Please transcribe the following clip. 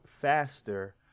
faster